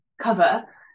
cover